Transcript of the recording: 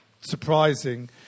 surprising